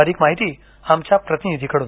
अधिक माहिती आमच्या प्रतिनिधीकडून